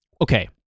okay